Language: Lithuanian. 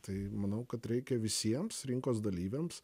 tai manau kad reikia visiems rinkos dalyviams